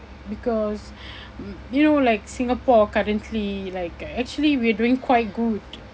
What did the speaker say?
because mm you know like Singapore currently like uh actually we're doing quite good